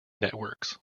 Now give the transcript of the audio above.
networks